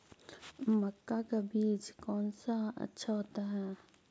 मक्का का बीज कौन सा अच्छा होता है?